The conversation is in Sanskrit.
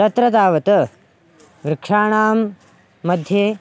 तत्र तावत् वृक्षाणां मध्ये